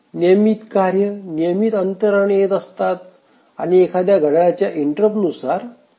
नियमित कार्य नियमित अंतराने येत असतात आणि एखाद्या घड्याळ्याच्या इंटरप्ट नुसार येतात